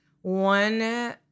One